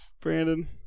Brandon